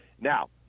now